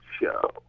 show